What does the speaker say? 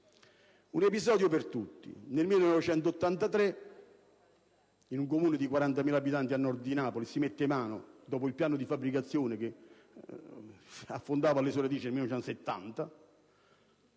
un episodio per tutti. Nel 1983 in un Comune di 40.000 abitanti a nord di Napoli si mette mano, dopo il piano di fabbricazione che affondava le sue radici nel 1970,